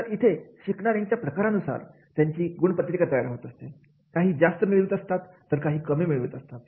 तरी इथे शिकणाऱ्या प्रकारानुसार त्याची गुण पत्रिका तयार होते काही जास्त मिळवीत असतात तर काही कमी मिळवीत असतात